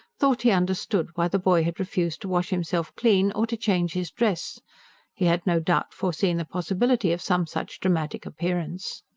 thought he understood why the boy had refused to wash himself clean, or to change his dress he had no doubt foreseen the possibility of some such dramatic appearance.